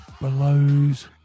blows